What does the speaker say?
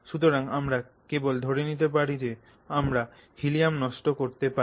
সুতরাং আমরা কেবল ধরে নিতে পারি না যে আমরা হীলিয়াম্ নষ্ট করতে পারি